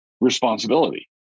responsibility